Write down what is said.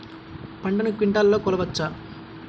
పంటను క్వింటాల్లలో కొలవచ్చా?